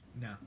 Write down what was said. No